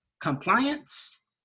compliance